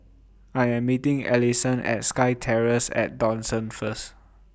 I Am meeting Allyson At SkyTerrace At Dawson First